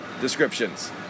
descriptions